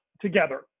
together